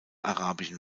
arabischen